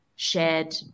shared